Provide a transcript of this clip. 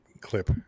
clip